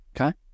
Okay